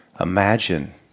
imagine